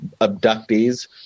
Abductees